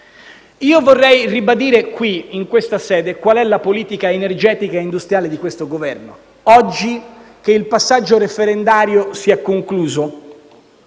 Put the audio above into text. Io vorrei ribadire qui, in questa sede, qual è la politica energetica e industriale di questo Governo. Oggi che il passaggio referendario si è concluso